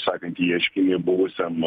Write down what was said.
sakant ieškinį buvusiam